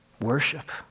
worship